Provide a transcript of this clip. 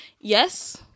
Yes